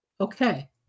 Okay